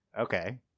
Okay